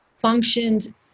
functioned